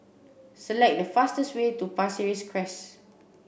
select the fastest way to Pasir Ris Crest